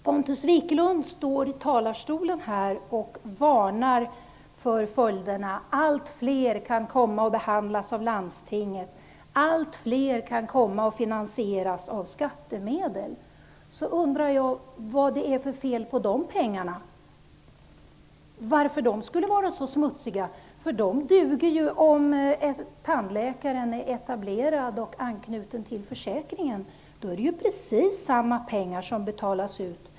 Pontus Wiklund stod i talarstolen och varnade för att allt fler kan komma att behandlas av landstinget och att allt fler kan komma att finansieras av skattemedel. Då undrar jag vad det är för fel på de pengarna. Varför skulle de vara så smustiga? De duger om tandläkaren är etablerad och anknuten till försäkringen, och då är det ju precis samma pengar som betalas ut.